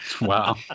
wow